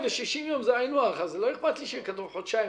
176א ו-180א לתקנות העיקריות,